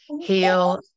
heal